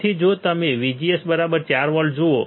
તેથી જો તમે VGS 4 વોલ્ટ જુઓ